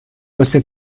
واسه